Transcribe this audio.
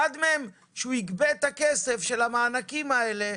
אחד מהם זה שהוא יגבה את הכסף של המענקים האלה,